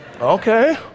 Okay